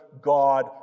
God